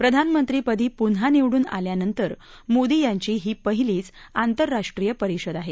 प्रधानमंत्रीपदी पुन्हा निवडून आल्यानंतर मोदी यांची ही पहिलीच आंतरराष्ट्रीय परिषद आहे